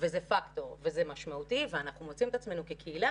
זה פקטור וזה משמעותי ואנחנו מוצאים את עצמנו כקהילה